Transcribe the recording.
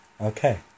Okay